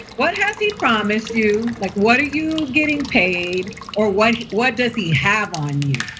what has he promised you? like what are you getting paid? or what what does he have on you?